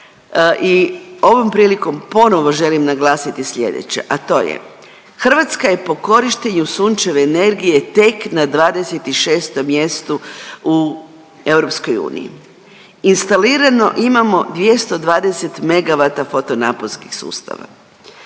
ovom prilikom ponovo želim naglasiti sljedeće a to je Hrvatska je po korištenju sunčeve energije tek na 26 mjestu u EU. Instalirano imamo 220 megavata fotonaponskih sustava.